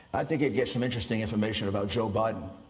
i think it gets um interesting information about joe biden.